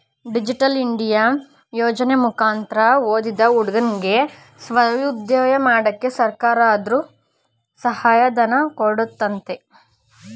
digital India ಯೋಜನೆ ಮುಕಂತ್ರ ಓದಿದ ಹುಡುಗುರ್ಗೆ ಸ್ವಉದ್ಯೋಗ ಮಾಡಕ್ಕೆ ಸರ್ಕಾರದರ್ರು ಸಹಾಯ ಧನ ಕೊಡ್ತಾರಂತೆ